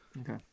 Okay